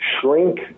shrink